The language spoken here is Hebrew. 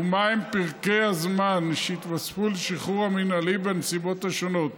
ומהם פרקי הזמן שיתווספו לשחרור המינהלי בנסיבות השונות.